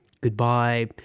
Goodbye